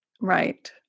Right